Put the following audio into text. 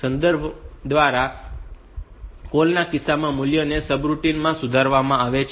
તેથી સંદર્ભ દ્વારા કૉલ ના કિસ્સામાં મૂલ્યોને સબરૂટિન માં સુધારવામાં આવે છે